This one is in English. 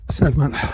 segment